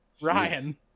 Ryan